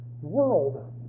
world